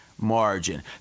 Margin